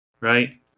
right